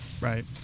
Right